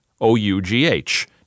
O-U-G-H